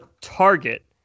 target